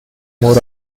more